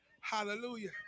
Hallelujah